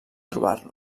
trobar